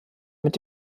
mit